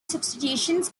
substitutions